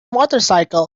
motorcycle